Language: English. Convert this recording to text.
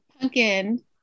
Pumpkin